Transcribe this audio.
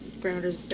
grounders